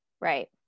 Right